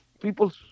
people